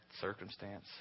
circumstance